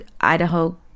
Idaho